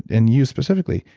and you specifically,